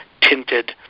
tinted